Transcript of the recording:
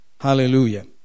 Hallelujah